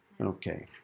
Okay